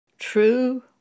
True